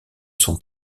son